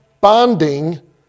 bonding